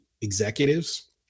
executives